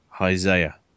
Isaiah